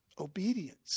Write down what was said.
Obedience